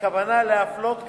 כוונה להפלות כאמור,